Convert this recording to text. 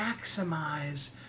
maximize